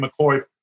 McCoy